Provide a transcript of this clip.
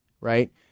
right